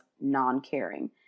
non-caring